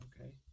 okay